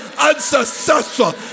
unsuccessful